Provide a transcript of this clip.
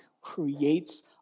creates